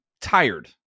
tired